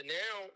now